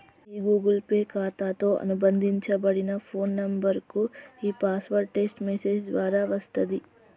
మీ Google Pay ఖాతాతో అనుబంధించబడిన phone నంబర్కు ఈ పాస్వర్డ్ టెక్ట్స్ మెసేజ్ ద్వారా వస్తది